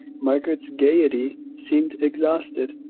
margaret's gaiety seemed exhausted,